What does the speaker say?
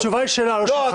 התשובה היא שלה, לא שלך.